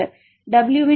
W இன் மதிப்பு என்ன